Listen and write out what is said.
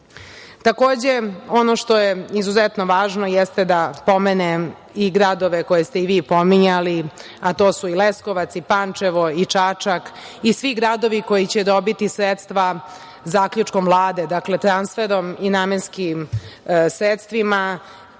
sredine. Takođe, ono što je izuzetno važno jeste da pomenem i gradove koje ste i vi pominjali, a to su i Leskovac i Pančevo i Čačak i svi gradovi koji će dobiti sredstva zaključkom Vlade, dakle, transferom i namenskim sredstvima,